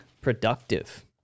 productive